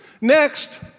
Next